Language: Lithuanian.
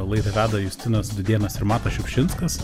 laidą veda justinas dudėnas ir matas šiupšinskas